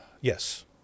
Yes